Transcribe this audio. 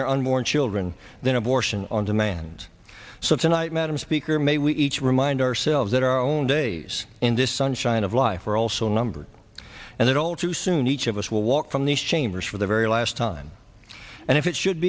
their unborn children than abortion on demand so tonight madam speaker may we each remind ourselves that our own days in this sunshine of life are also numbered and that all too soon each of us will walk from these chambers for the very last time and if it should